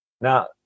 Now